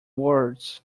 words